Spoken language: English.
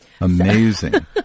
Amazing